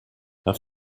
have